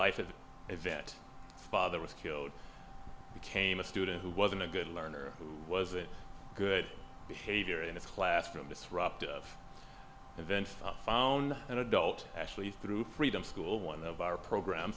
life of yvette father was killed became a student who wasn't a good learner who was a good behavior in the classroom disruptive of events found an adult actually through freedom school one of our program